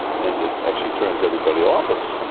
and it actually turns everybody off of